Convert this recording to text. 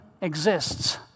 exists